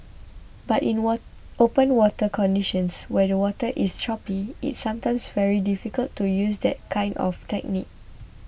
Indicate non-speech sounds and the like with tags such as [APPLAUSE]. but in [HESITATION] open water conditions where the water is choppy it's sometimes very difficult to use that kind of technique